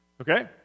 Okay